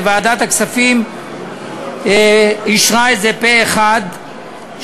וועדת הכספים אישרה את זה פה-אחד,